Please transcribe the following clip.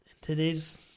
today's